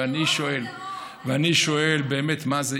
טרור זה טרור, ואני שואל, ואני שואל: באמת, מה זה.